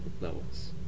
levels